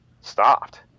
stopped